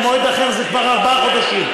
במועד אחר זה כבר ארבעה חודשים.